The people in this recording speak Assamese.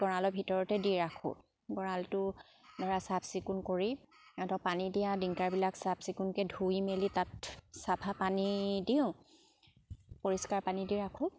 গঁড়ালৰ ভিতৰতে দি ৰাখোঁ গঁড়ালটো ধৰা চাফ চিকুণ কৰি ধৰক পানী দিয়া ড্ৰিংকাৰবিলাক চাফ চিকুণকে ধুই মেলি তাত চাফা পানী দিওঁ পৰিষ্কাৰ পানী দি ৰাখোঁ